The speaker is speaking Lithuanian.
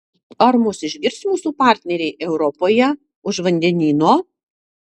ar mus išgirs mūsų partneriai europoje už vandenyno